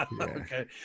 Okay